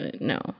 No